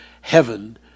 Heaven